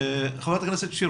חברת הכנסת שיר,